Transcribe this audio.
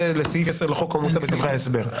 זה לסעיף 10 לחוק המוצע בדברי ההסבר.